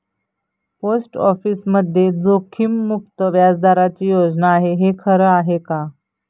Post ऑफिसमध्ये जोखीममुक्त व्याजदराची योजना आहे, हे खरं आहे का?